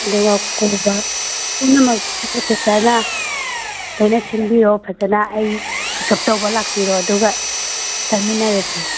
ꯑꯗꯨꯒ ꯄꯨꯝꯅꯃꯛ ꯁꯤꯁꯇꯔꯅ ꯂꯣꯏꯅ ꯁꯤꯟꯕꯤꯔꯣ ꯐꯖꯅ ꯑꯩ ꯄꯤꯛ ꯑꯞ ꯇꯧꯕ ꯂꯥꯛꯄꯤꯔꯣ ꯑꯗꯨꯒ ꯆꯠꯃꯤꯟꯅꯔꯁꯦ